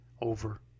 over